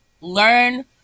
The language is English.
learn